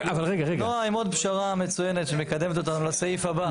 נעה, עם עוד פשרה מצוינת שמקדמת אותנו לסעיף הבא.